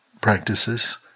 practices